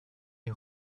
est